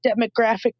demographic